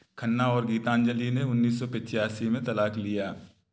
खन्ना और गीतांजलि ने उन्नीस सौ पिच्यासी में तलाक लिया